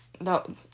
no